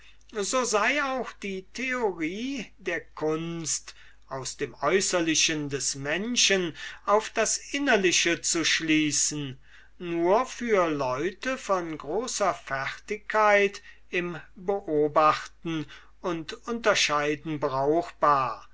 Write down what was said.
so sei auch die theorie der kunst aus dem äußerlichen des menschen auf das innerliche zu schließen nur für leute von großer fertigkeit im beobachten und unterscheiden brauchbar